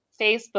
Facebook